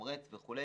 לתמרץ וכו',